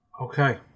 Okay